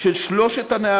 של שלושת הנערים,